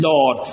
Lord